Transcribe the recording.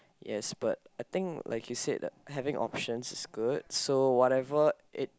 yes but I think like you said that having option is good so whatever it